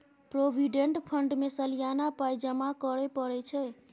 provident fund मे सलियाना पाइ जमा करय परय छै